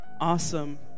Awesome